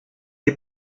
des